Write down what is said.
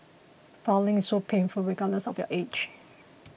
filing is so painful regardless of your age